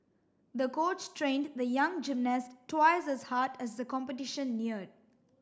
the coach trained the young gymnast twice as hard as the competition neared